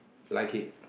liking